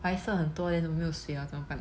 我还剩很多 then 就没有水 liao 怎么办